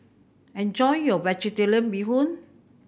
enjoy your Vegetarian Bee Hoon